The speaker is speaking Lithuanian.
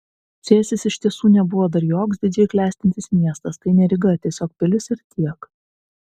cėsis iš tiesų nebuvo dar joks didžiai klestintis miestas tai ne ryga tiesiog pilis ir tiek